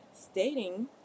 stating